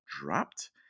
dropped